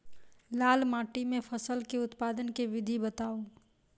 लाल माटि मे फसल केँ उत्पादन केँ विधि बताऊ?